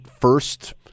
first